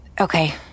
Okay